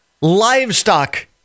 livestock